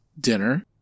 dinner